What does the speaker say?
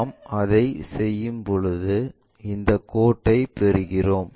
நாம் அதைச் செய்யும்போது இந்த கோடுகளைப் பெறுகிறோம்